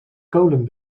kolen